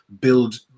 build